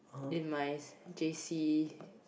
in my J_C